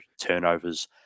turnovers